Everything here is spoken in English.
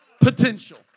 potential